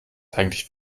eigentlich